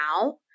now